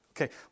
Okay